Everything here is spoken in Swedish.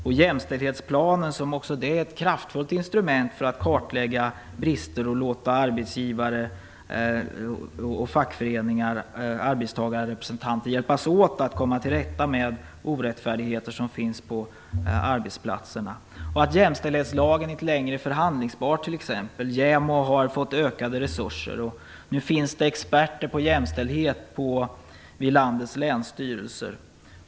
Också jämställdhetsplanen är ett kraftfullt instrument för att kartlägga brister och låta arbetsgivare, fackföreningar och arbetstagarrepresentanter hjälpas åt att komma till rätta med orättfärdigheter på arbetsplatserna. Jämställdhetslagen är exempelvis inte längre förhandlingsbar. JämO har fått ökade resurser. Nu finns det experter på jämställdhet vid landets länsstyrelser.